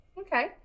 Okay